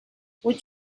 would